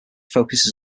focuses